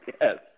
Yes